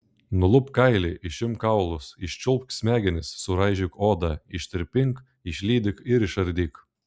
nulupk kailį išimk kaulus iščiulpk smegenis suraižyk odą ištirpink išlydyk ir išardyk